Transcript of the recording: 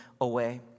away